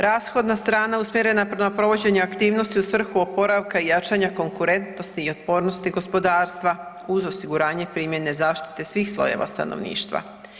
Rashodna strana usmjerena je prema provođenju aktivnosti u svrhu oporavka i jačanja konkurentnosti i otpornosti gospodarstva uz osiguranje primjene zaštite svih slojeva stanovništva.